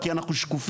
כי אנחנו שקופים?